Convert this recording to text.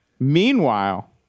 Meanwhile